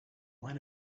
line